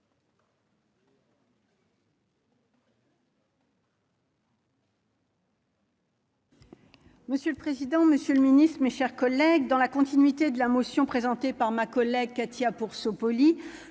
Monsieur le président, Monsieur le Ministre, mes chers collègues, dans la continuité de la motion présentée par ma collègue Katia pour